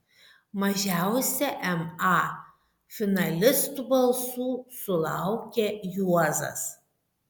mažiausia ma finalistų balsų sulaukė juozas